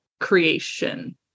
creation